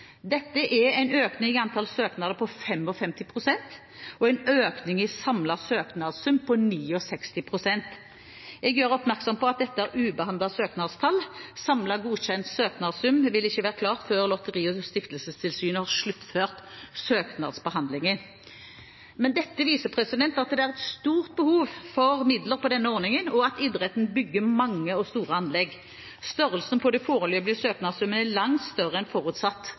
Dette er en økning i antall søknader på 55 pst., og en økning i samlet søknadssum på 69 pst. Jeg gjør oppmerksom på at dette er ubehandlede søknadstall. Samlet godkjent søknadssum vil ikke være klar før Lotteri- og stiftelsestilsynet har sluttført søknadsbehandlingen. Dette viser at det er et stort behov for midler på denne ordningen, og at idretten bygger mange og store anlegg. Størrelsen på den foreløpige søknadssummen er langt større enn forutsatt